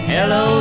Hello